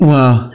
Wow